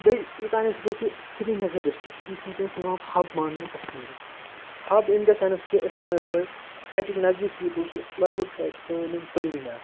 بیٚیہِ یوتام أسۍ وٕچھو کہِ سرینگر ڈِسٹرک یہِ چھُ وٕنۍکٮ۪س یِوان ہَب مانٛنہٕ کَشمیٖرُک ہب اِن دَ سٮ۪نٕس کہِ أسۍ وَنو یِتھ پٲٹھۍ اَتِکۍ نزدیٖک پیٖپٕل چھِ لگ بگ چھِ اَتہِ سٲلِم پٔرۍوٕنۍ آسان